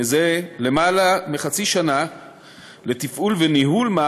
התוצאות, וגם על זה קיימנו דיונים כאן בכנסת.